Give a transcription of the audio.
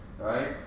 right